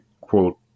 quote